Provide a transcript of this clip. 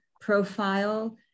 profile